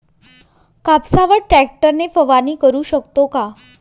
कापसावर ट्रॅक्टर ने फवारणी करु शकतो का?